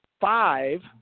five